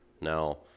Now